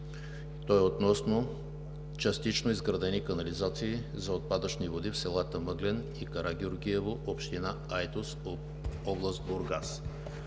Той е относно частично изградени канализации за отпадъчни води в селата Мъглен и Карагеоргиево, община Айтос, област Бургас.